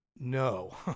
No